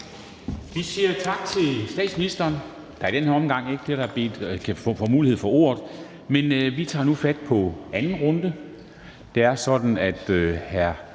Vi siger tak til statsministeren. Der er i den her omgang ikke flere, der får mulighed for at få ordet. Men vi tager nu fat på anden runde.